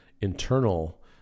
internal